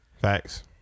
Facts